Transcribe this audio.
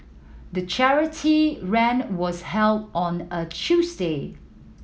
the charity run was held on a Tuesday